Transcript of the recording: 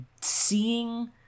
seeing